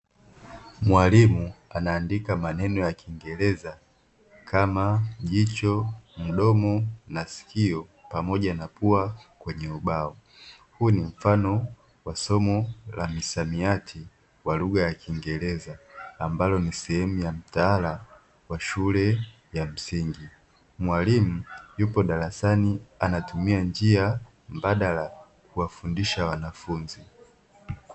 Mwalimu anaandika maneno ya Kingereza kama jicho, mdomo, sikio pamoja na pua kwenye ubao, huu ni mfano wa somo la msamiati wa lugha ya Kingereza ambalo ni sehemu ya mtaala wa shule ya msingi, mwalimu yupo darasani anatumia njia mbadala kuwafundisha wanafunzi.